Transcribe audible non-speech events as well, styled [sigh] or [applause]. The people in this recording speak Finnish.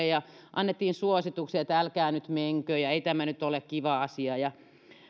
[unintelligible] ja annettiin suosituksia että älkää nyt menkö ja ei tämä nyt ole kiva asia